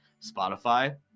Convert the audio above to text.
Spotify